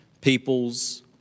people's